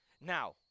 Now